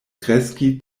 kreski